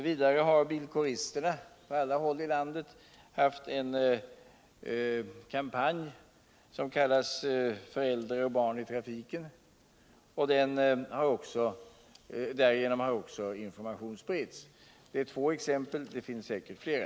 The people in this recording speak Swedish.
Vidare har bilkåristerna på alla håll i landet drivit en kampanj, Föräldrar och barn i trafiken, och därigenom har också information spritts. Det är två exempel; det finns säkert flera.